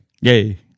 Yay